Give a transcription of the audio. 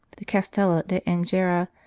the castello d angera,